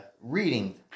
reading